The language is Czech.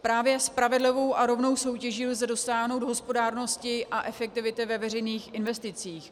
Právě spravedlivou a rovnou soutěží lze dosáhnout hospodárnosti a efektivity ve veřejných investicích.